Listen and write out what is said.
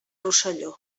rosselló